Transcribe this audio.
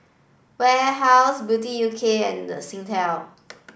Warehouse Beauty U K and Singtel